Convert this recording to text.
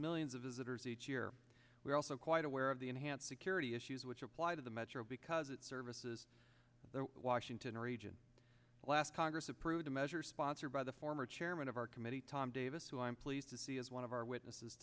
millions of visitors each year we are also quite aware of the enhanced security issues which apply to the metro because it services the washington region last congress approved a measure sponsored by the former chairman of our committee tom davis who i'm pleased to see is one of our witnesses